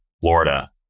Florida